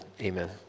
amen